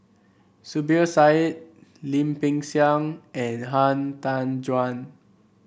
Zubir Said Lim Peng Siang and Han Tan Juan